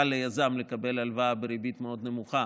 קל ליזם לקבל הלוואה בריבית מאוד נמוכה